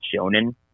shonen